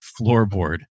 floorboard